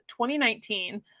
2019